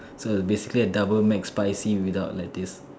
so basically a double Mac spicy without lettuce